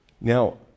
Now